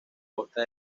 costa